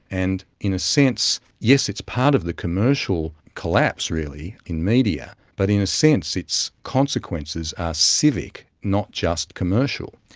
and in a sense, yes, it's part of the commercial collapse really in media, but in a sense its consequences are civic, not just commercial.